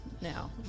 now